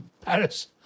Paris